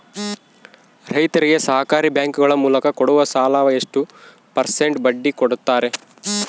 ರೈತರಿಗೆ ಸಹಕಾರಿ ಬ್ಯಾಂಕುಗಳ ಮೂಲಕ ಕೊಡುವ ಸಾಲ ಎಷ್ಟು ಪರ್ಸೆಂಟ್ ಬಡ್ಡಿ ಕೊಡುತ್ತಾರೆ?